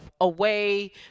away